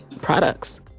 products